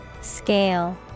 Scale